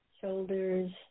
Shoulders